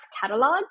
catalog